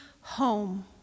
home